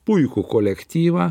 puikų kolektyvą